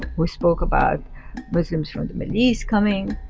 we spoke about muslims from the middle east coming.